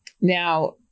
Now